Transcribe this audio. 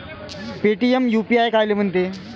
Paytm UPI कायले म्हनते?